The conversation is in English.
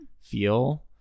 feel